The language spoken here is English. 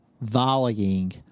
volleying